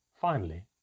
Finally